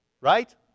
right